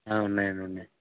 ఉన్నాయండి ఉన్నాయి